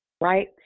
Right